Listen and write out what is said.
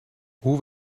hoe